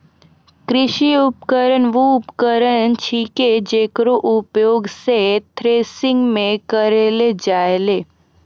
कृषि उपकरण वू उपकरण छिकै जेकरो उपयोग सें थ्रेसरिंग म करलो जाय छै